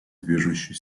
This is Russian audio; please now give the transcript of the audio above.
движущей